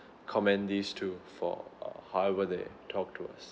commend these two for however they talked to us